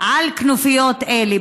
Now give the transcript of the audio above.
עם כנופיות אלה.